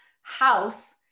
house